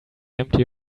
empty